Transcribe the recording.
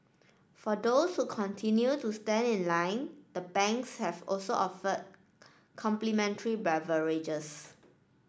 for those who continue to stand in line the banks have also offer complimentary beverages